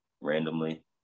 randomly